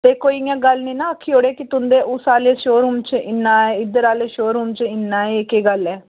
ते कोई इ'यां गल्ल नेईं आखी ओड़े कि तुं'दे उस आह्ले शो रूम च इन्ना ऐ इद्धर आह्ले शो रूम च इन्ना ऐ एह् केह् गल्ल ऐ